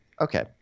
okay